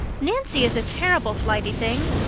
nancy is a terrible flighty thing.